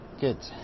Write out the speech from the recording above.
Good